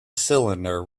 cylinder